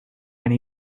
and